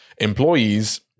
employees